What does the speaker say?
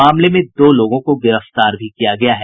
मामले में दो लोगों को गिरफ्तार भी किया गया है